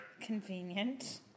Convenient